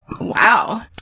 Wow